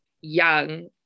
young